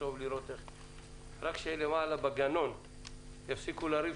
רק שלמעלה בגנון יפסיקו לריב,